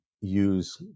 use